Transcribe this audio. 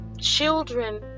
children